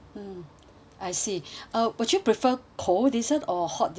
I see uh would you prefer cold dessert or hot dessert as a